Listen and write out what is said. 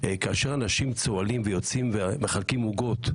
כאשר אנשים צוהלים ומחלקים עוגות,